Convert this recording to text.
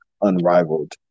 unrivaled